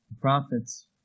prophets